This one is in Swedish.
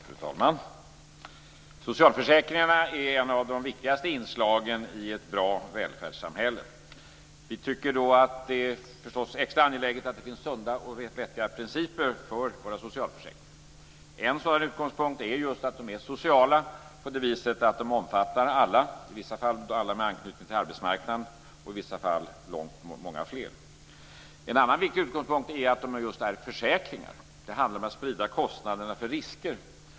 Fru talman! Socialförsäkringarna är ett av de viktigaste inslagen i ett bra välfärdssamhälle. Vi tycker att det är extra angeläget att det finns sunda och vettiga principer för våra socialförsäkringar. En sådan utgångspunkt är just att de är sociala på det viset att de omfattar alla, i vissa fall alla med anknytning till arbetsmarknaden och i vissa fall många fler. En annan viktigt utgångspunkt är att socialförsäkringarna just är försäkringar. Det handlar om att sprida kostnaderna för risker.